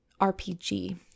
RPG